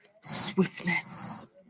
swiftness